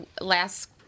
last